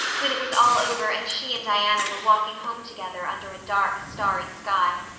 when it was all over and she and diana were walking home together under a dark, starry sky.